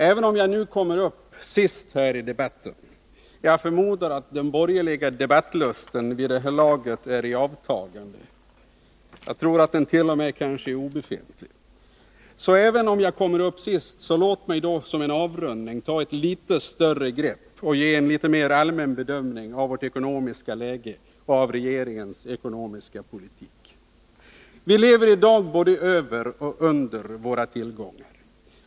Även om jag kommer upp sist i den här debatten — jag förmodar att den borgerliga debattlusten vid det här laget är i avtagande eller kanske t.o.m. obefintlig — så låt mig då som en avrundning ta ett litet större grepp och ge en litet mer allmän bedömning av vårt ekonomiska läge och regeringens ekonomiska politik. Vi lever i dag både över och under våra tillgångar.